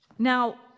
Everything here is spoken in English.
Now